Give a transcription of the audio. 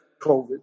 COVID